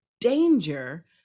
danger